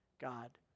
God